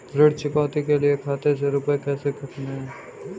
ऋण चुकौती के लिए खाते से रुपये कैसे कटते हैं?